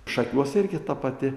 šakiuose irgi ta pati